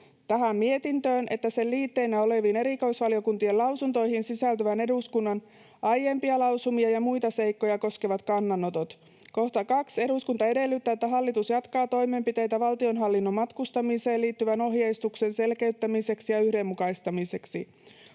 tähän mietintöön että sen liitteinä oleviin erikoisvaliokuntien lausuntoihin sisältyvät eduskunnan aiempia lausumia ja muita seikkoja koskevat kannanotot.” 2) ”Eduskunta edellyttää, että hallitus jatkaa toimenpiteitä valtionhallinnon matkustamiseen liittyvän ohjeistuksen selkeyttämiseksi ja yhdenmukaistamiseksi.